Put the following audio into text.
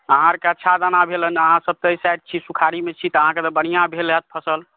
अहाँ आओरके अच्छा दाना भेल हन अहाँसभ तऽ एहि साइडमे छी सुखाड़ीमे छी तऽ अहाँकेँ तऽ बढ़िआँ भेल हैत फसल